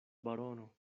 barono